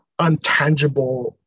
untangible